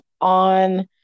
on